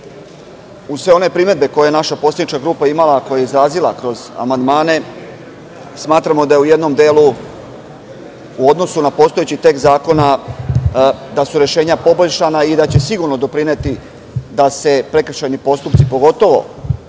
uz sve one primedbe koje je naša poslanička grupa, a koje je izrazila kroz amandmane, smatramo da su u jednom delu u odnosu na postojeći tekst zakona rešenja poboljšana i da će sigurno doprineti da se prekršajni postupci, pogotovo